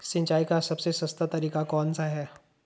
सिंचाई का सबसे सस्ता तरीका कौन सा है?